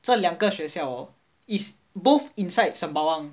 这两个学校 hor is both inside sembawang